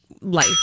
life